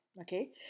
okay